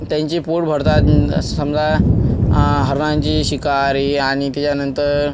त्यांचे पोट भरतात समजा हरणांची शिकार आहे आणि त्याच्यानंतर